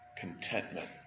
Contentment